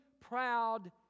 proud